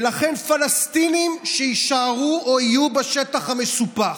ולכן, פלסטינים שיישארו או יהיו בשטח המסופח,